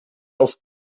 auf